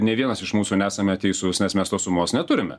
nė vienas iš mūsų nesame teisus nes mes tos sumos neturime